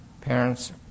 Parents